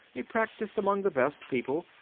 a practice among the best people.